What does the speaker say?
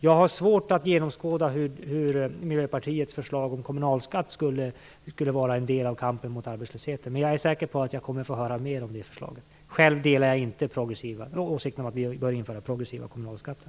Jag har svårt att genomskåda hur Miljöpartiets förslag om kommunalskatt skulle kunna vara en del av kampen mot arbetslösheten, men jag är säker på att jag kommer att få höra mer om det förslaget. Själv delar jag inte åsikten att vi bör införa progressiva kommunalskatter.